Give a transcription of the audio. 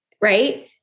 right